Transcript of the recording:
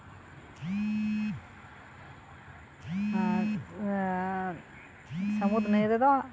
ᱟᱨ ᱥᱟᱹᱢᱩᱫ ᱱᱟᱹᱭ ᱨᱮᱫᱚ